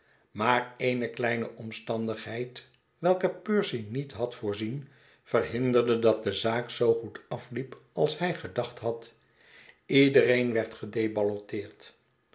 maar dene kleine omstandigheid welke percy niet had voorzien verhinderde dat de zaak zoo goed afliep als hij gedacht had iedereen werd